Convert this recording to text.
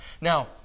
Now